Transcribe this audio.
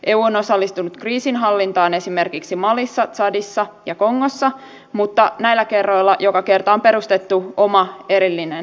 eu on osallistunut kriisinhallintaan esimerkiksi malissa tsadissa ja kongossa mutta näillä kerroilla joka kerta on perustettu oma erillinen operaationsa